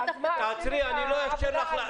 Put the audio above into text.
אני לא אאשר לך.